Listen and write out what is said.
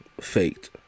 Faked